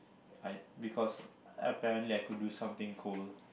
I because apparently I could do something cool